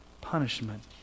punishment